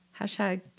hashtag